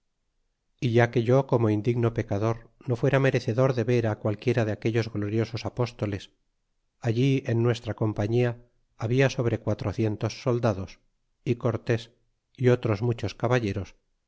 é ya que yo como indigno pecador no fuera merecedor de ver qualquiera de aquellos gloriosos apóstoles allí en nuestra compañia habia sobre quatrocientos soldados y cortés y otros muchos caballeros